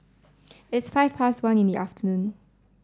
its five past one in the afternoon